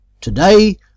Today